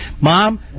Mom